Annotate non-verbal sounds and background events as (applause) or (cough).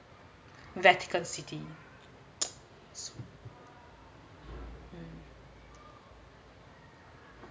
vatican city (noise) so